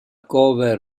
cover